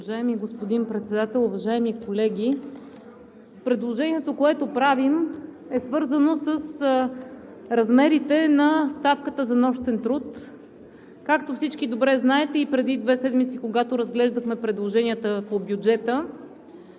Уважаеми господин Председател, уважаеми колеги! Предложението, което правим, е свързано с размерите на ставката за нощен труд. Както всички добре знаете, преди две седмици, когато разглеждахме предложенията по бюджета,